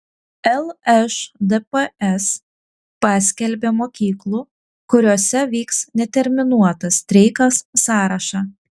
lšdps paskelbė mokyklų kuriose vyks neterminuotas streikas sąrašą